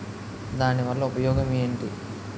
దాని వల్ల ఉపయోగం ఎంటి?